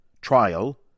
trial